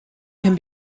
can